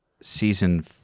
season